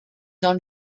dans